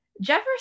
Jefferson